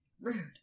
Rude